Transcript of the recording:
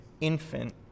infant